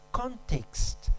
context